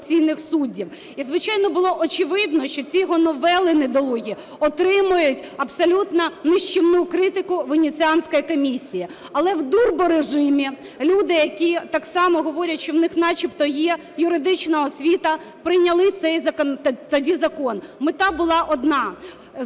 І, звичайно, було очевидно, що ці його новели недолугі отримають абсолютно нищівну критику Венеціанської комісії. Але в "дурборежимі" люди, які так само говорять, що в них начебто є юридична освіта, прийняли цей тоді закон. Мета була одна: